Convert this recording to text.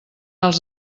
als